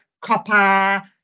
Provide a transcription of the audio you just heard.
copper